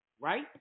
right